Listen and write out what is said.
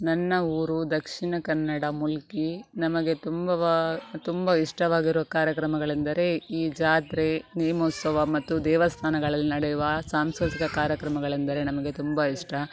ನನ್ನ ಊರು ದಕ್ಷಿಣ ಕನ್ನಡ ಮುಲ್ಕಿ ನಮಗೆ ತುಂಬ ತುಂಬ ಇಷ್ಟವಾಗಿರೋ ಕಾರ್ಯಕ್ರಮಗಳೆಂದರೆ ಈ ಜಾತ್ರೆ ನೇಮೋತ್ಸವ ಮತ್ತು ದೇವಸ್ಥಾನಗಳಲ್ಲಿ ನಡೆಯುವ ಸಾಂಸ್ಕೃತಿಕ ಕಾರ್ಯಕ್ರಮಗಳೆಂದರೆ ನಮಗೆ ತುಂಬ ಇಷ್ಟ